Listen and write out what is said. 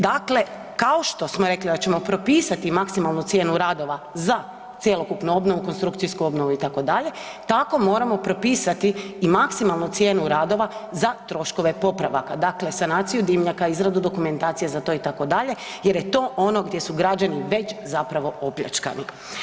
Dakle, kao što smo rekli da ćemo propisati maksimalnu cijenu radova za cjelokupnu obnovu, konstrukcijsku obnovu itd., tako moramo propisati i maksimalnu cijenu radova za troškove popravaka, dakle sanaciju dimnjaka, izradu dokumentacije za to itd., jer je to ono gdje su građani već zapravo opljačkani.